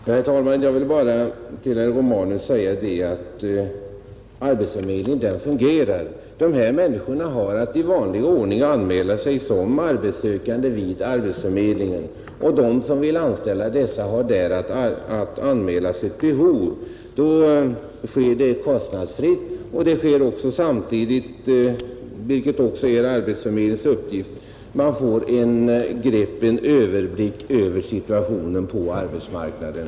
Herr talman! Jag vill bara säga till herr Romanus att arbetsförmedlingen fungerar. Dessa människor har att i vanlig ordning anmäla sig som arbetssökande vid arbetsförmedlingen och de som vill anställa dem har att där anmäla sitt behov. Detta sker kostnadsfritt och samtidigt får man — vilket också ingår i arbetsförmedlingens uppgift — en överblick över situationen på arbetsmarknaden.